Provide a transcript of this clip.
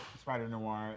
Spider-Noir